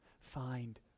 Find